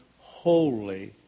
holy